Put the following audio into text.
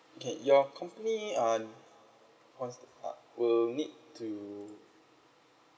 okay your company um cons~ uh will need to